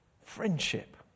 friendship